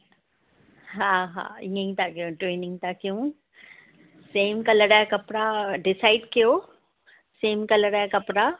हा हा ईअं ई था कयूं ट्विनिंग था कयूं सेम कलर जा कपिड़ा डिसाइड कयो सेम कलर जा कपिड़ा